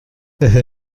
desde